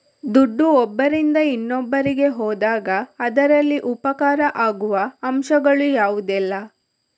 ದುಡ್ಡು ಒಬ್ಬರಿಂದ ಇನ್ನೊಬ್ಬರಿಗೆ ಹೋದಾಗ ಅದರಲ್ಲಿ ಉಪಕಾರ ಆಗುವ ಅಂಶಗಳು ಯಾವುದೆಲ್ಲ?